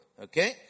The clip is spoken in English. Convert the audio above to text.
Okay